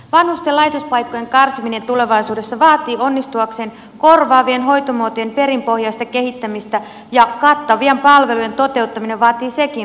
vanhusten laitospaikkojen karsiminen tulevaisuudessa vaatii onnistuakseen korvaavien hoitomuotojen perinpohjaista kehittämistä ja kattavien palvelujen toteuttaminen vaatii sekin rahaa